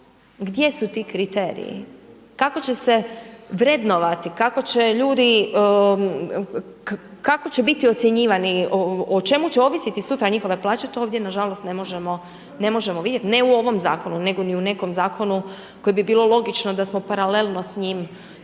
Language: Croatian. Gdje su ti kriteriji? Kako će se vrednovati, kako će ljudi, kako će biti ocjenjivani, o čemu će ovisiti sutra njihove plaće, to ovdje nažalost ne možemo vidjeti, ne u ovom zakonu, nego i u nekom zakonu koji bi bilo logično da smo paralelno s njim